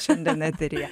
šiandien eteryje